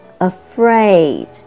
Afraid